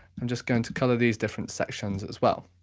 i'm just going to colour these different sections as well.